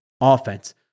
offense